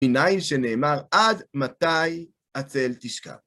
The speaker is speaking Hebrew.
מניין שנאמר, עד מתי עצל תשכב.